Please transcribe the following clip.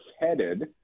headed